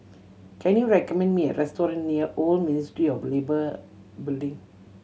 can you recommend me a restaurant near Old Ministry of Labour Building